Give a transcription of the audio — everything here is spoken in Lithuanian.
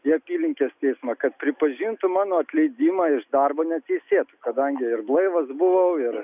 į apylinkės teismą kad pripažintų mano atleidimą iš darbo neteisėtu kadangi ir blaivas buvau ir